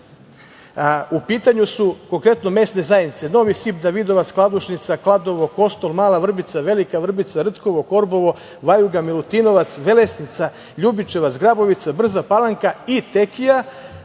2.U pitanju su konkretno mesne zajednice Novi Sip, Davidovac, Kladušnica, Kladovo, Kostol, Mala Vrbica, Velika Vrbica, Rtkovo, Korborvo, Vajuga, Milutinovac, Velesnica, Ljubičevac, Grabovica, Brza Palanka i Tekija,